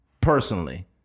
personally